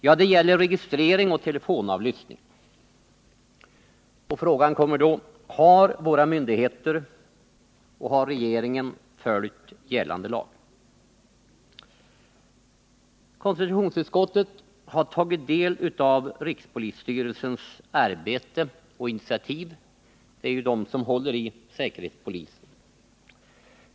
Jo, den gäller registrering och telefonavlyssning. Frågan blir då: Har våra myndigheter och har regeringen följt gällande lag? Konstitutionsutskottet har tagit del av rikspolisstyrelsens arbete och initiativ — det är ju under denna som säkerhetspolisen sorterar.